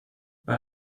bei